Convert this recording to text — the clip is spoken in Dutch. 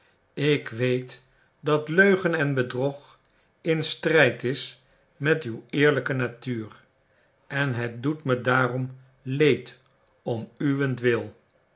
ik weet dat leugen en bedrog in strijd is met uw eerlijke natuur en het doet me daarom leed om uwentwil